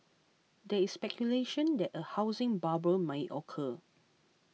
there is speculation that a housing bubble may occur